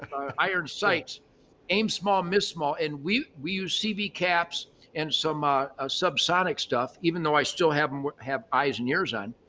iron sights aim small, miss small. and we we use cb caps and some ah ah subsonic stuff, even though i still have and have eyes and ears on,